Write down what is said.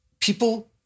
people